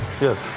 Yes